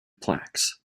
plaques